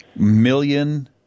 Million